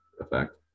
effect